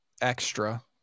Extra